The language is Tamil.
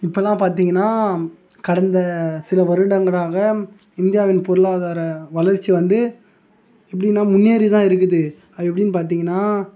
இப்போலாம் பார்த்திங்கன்னா கடந்த சில வருடங்களாக இந்தியாவின் பொருளாதார வளர்ச்சி வந்து எப்படின்னா முன்னேறி தான் இருக்குது அது எப்படின்னு பார்த்திங்கன்னா